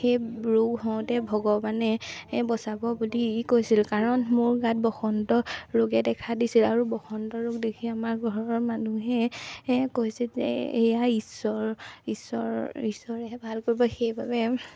সেই ৰোগ হওঁতে ভগৱানে বচাব বুলি ই কৈছিল কাৰণ মোৰ গাত বসন্ত ৰোগে দেখা দিছিল আৰু বসন্ত ৰোগ দেখি আমাৰ ঘৰৰ মানুহে কৈছে যে এয়া ঈশ্বৰ ঈশ্বৰৰ ঈশ্বৰেহে ভাল কৰিব সেইবাবে